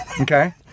Okay